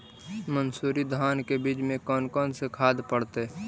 मंसूरी धान के बीज में कौन कौन से खाद पड़तै?